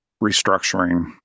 restructuring